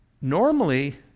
Normally